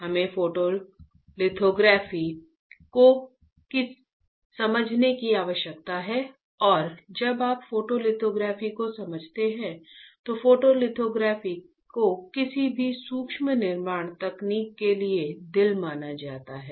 हमें फोटोलिथोग्राफी को समझने की आवश्यकता है और जब आप फोटोलिथोग्राफी को समझते हैं तो फोटोलिथोग्राफी को किसी भी सूक्ष्म निर्माण तकनीक के लिए दिल माना जाता है